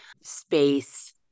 space